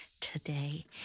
today